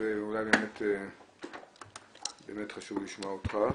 אז אולי באמת חשוב לשמוע אותך.